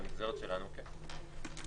בנגזרת שלנו כן.